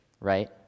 right